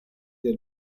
del